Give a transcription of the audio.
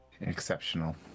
Exceptional